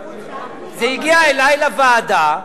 זה הגיע אלי לוועדה,